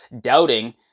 doubting